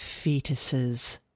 Fetuses